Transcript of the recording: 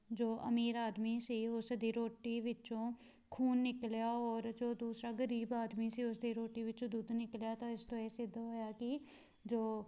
ਜੋ ਅਮੀਰ ਆਦਮੀ ਸੀ ਉਸ ਦੀ ਰੋਟੀ ਵਿੱਚੋਂ ਖੂਨ ਨਿਕਲਿਆ ਔਰ ਜੋ ਦੂਸਰਾ ਗਰੀਬ ਆਦਮੀ ਸੀ ਉਸ ਦੀ ਰੋਟੀ ਵਿੱਚੋਂ ਦੁੱਧ ਨਿਕਲਿਆ ਤਾਂ ਇਸ ਤੋਂ ਇਹ ਸਿੱਧ ਹੋਇਆ ਕਿ ਜੋ